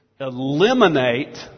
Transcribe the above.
eliminate